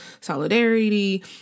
solidarity